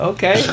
Okay